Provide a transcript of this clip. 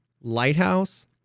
Lighthouse